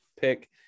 pick